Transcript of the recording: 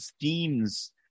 themes